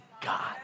God